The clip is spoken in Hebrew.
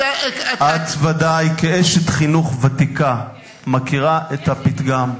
את ודאי, כאשת חינוך ותיקה, מכירה את הפתגם: